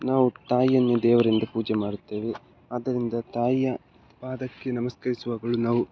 ನಾವು ತಾಯಿಯನ್ನು ದೇವರೆಂದು ಪೂಜೆ ಮಾಡುತ್ತೇವೆ ಆದ್ದರಿಂದ ತಾಯಿಯ ಪಾದಕ್ಕೆ ನಮಸ್ಕರಿಸುವಾಗಲೂ ನಾವು